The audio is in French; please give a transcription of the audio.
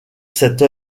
cette